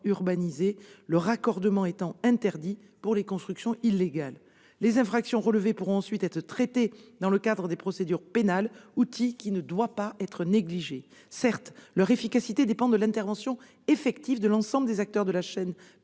le raccordement étant interdit pour les constructions illégales. Les infractions relevées pourront ensuite être traitées dans le cadre des procédures pénales, un outil qui ne doit pas être négligé. Certes, leur efficacité dépend de l'intervention effective de l'ensemble des acteurs de la chaîne pénale,